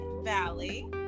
Valley